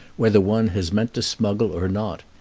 whether one has meant to smuggle or not.